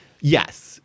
yes